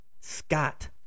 Scott